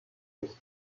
his